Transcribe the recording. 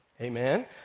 Amen